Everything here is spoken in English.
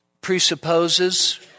presupposes